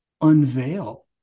unveil